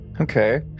okay